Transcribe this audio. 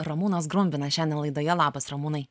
ramūnas grumbinas šiandien laidoje labas ramūnai